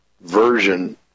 version